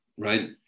right